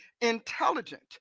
intelligent